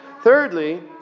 Thirdly